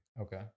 okay